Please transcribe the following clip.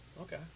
Okay